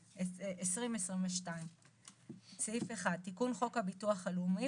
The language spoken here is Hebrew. התשפ"ב-2022 תיקון חוק הביטוח הלאומי,